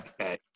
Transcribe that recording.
okay